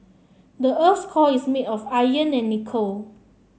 the earth's core is made of iron and nickel